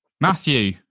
Matthew